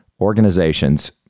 organizations